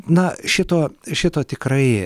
na šito šito tikrai